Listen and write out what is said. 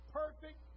perfect